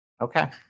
okay